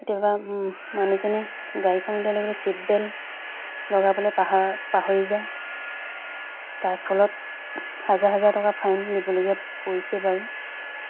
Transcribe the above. কেতিয়াবা মানুহজনে গাড়ীখন উলিয়াৰ লগে লগে ছিট বেল্ট লগাবলৈ পাহৰা পাহৰি যায় তাৰ ফলত হাজাৰ হাজাৰ টকা ফাইন দিবলগীয়াত পৰিছে বাৰু